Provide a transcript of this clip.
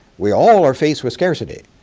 we all are faced with scarcity.